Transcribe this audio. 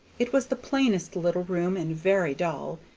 it was the plainest little room, and very dull,